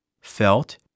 felt